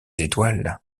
étoiles